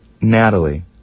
Natalie